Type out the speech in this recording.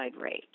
rate